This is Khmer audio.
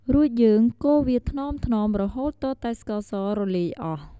រួចយើងកូរវាថ្នមៗរហូតទាល់តែស្ករសរលាយអស់។